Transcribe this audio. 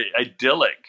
idyllic